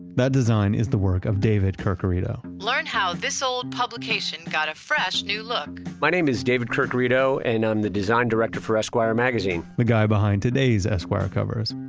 that design is the work of david curcurito. learn how this old publication got a fresh new look. my name is david curcurito and i'm the design director for esquire magazine. the guy behind today's esquire covers,